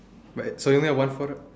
but so you only have one photo